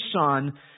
son